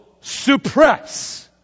suppress